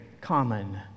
common